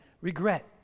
Regret